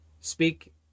Speak